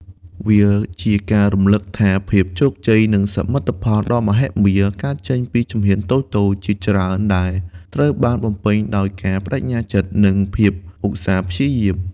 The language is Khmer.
វាជាការរំលឹកថា ភាពជោគជ័យ និងសមិទ្ធផលដ៏មហិមា កើតចេញពីជំហានតូចៗជាច្រើនដែលត្រូវបានបំពេញដោយការប្តេជ្ញាចិត្ត និងភាពឧស្សាហ៍ព្យាយាម។